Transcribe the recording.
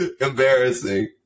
embarrassing